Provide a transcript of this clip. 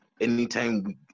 Anytime